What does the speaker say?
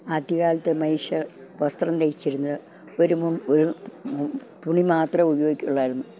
ആദ്യക്കാലത്ത് മനുഷ്യർ വസ്ത്രം ധരിച്ചിരുന്നത് ഒരു മു ഒരു തുണി മാത്രം ഉപയോഗിക്കുള്ളായിരുന്നു